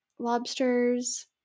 Lobsters